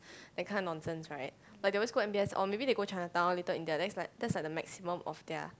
that kind of nonsense right like they always go M_B_S or maybe they go Chinatown Little-India then is like that's like the maximum of their